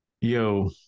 Yo